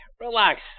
relax